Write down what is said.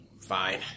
fine